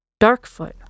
Darkfoot